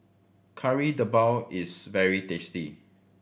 Kari Debal is very tasty